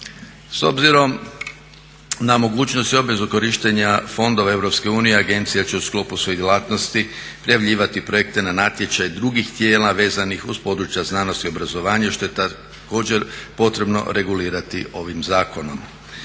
S obzirom na mogućnost i obvezu korištenja fondova Europske unije agencija će u sklopu svojih djelatnosti prijavljivati projekte na natječaj drugih tijela vezanih uz područja znanosti i obrazovanja što je također potrebno regulirati ovim zakonom.